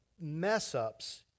mess-ups